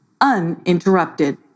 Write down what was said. uninterrupted